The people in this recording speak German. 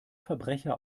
verbrecher